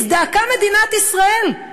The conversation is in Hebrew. הזדעקה מדינת ישראל.